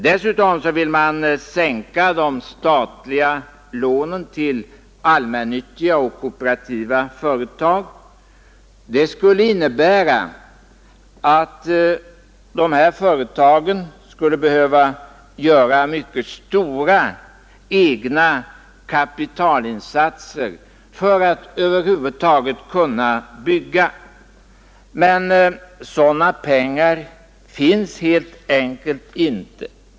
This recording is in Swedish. Dessutom vill man sänka de statliga lånen till allmännyttiga och kooperativa bostadsföretag. Det skulle innebära att dessa företag skulle behöva göra mycket stora egna kapitalinsatser för att över huvud taget kunna bygga. Men sådana pengar finns helt enkelt inte.